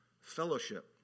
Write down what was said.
Fellowship